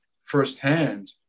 firsthand